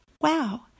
Wow